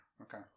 Okay